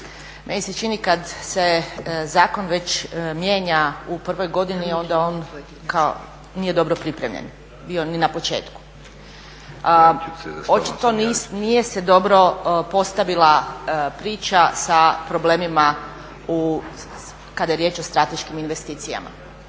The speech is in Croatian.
meni se čini kada se zakon već mijenja u prvoj godini onda on nije kao dobro pripremljen bio ni na početku. Očito nije se dobro postavila priča sa problemima u kada je riječ o strateškim investicijama.